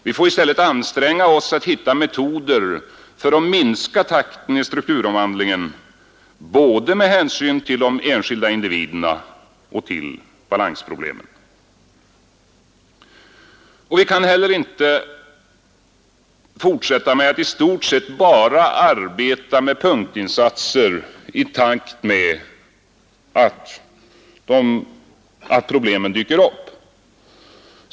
Vi får i stället anstränga oss att hitta metoder för att minska takten i strukturomvandlingen med hänsyn till både de enskilda individerna och balansproblemen. Vi kan inte heller fortsätta med att i stort sett bara arbeta med punktinsatser i takt med att problemen dyker upp.